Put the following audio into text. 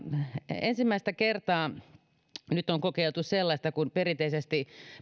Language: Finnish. ensimmäistä kertaa nyt on kokeiltu sellaista että kun perinteisesti